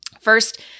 first